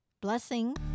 Blessing